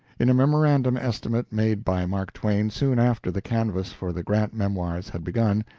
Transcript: in a memorandum estimate made by mark twain soon after the canvass for the grant memoirs had begun,